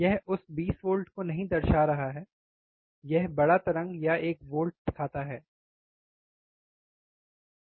यह उस 20 वोल्ट को नहीं दर्शा रहा है यह बड़ा तरंग या एक वोल्ट दिखता है दिखता है